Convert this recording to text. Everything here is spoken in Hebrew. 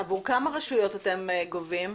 עבור כמה רשויות אתם גובים?